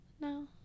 No